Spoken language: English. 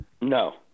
No